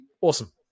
awesome